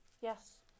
Yes